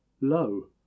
Lo